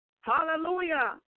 Hallelujah